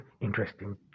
interesting